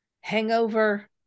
hangover